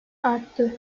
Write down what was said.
arttı